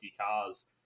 cars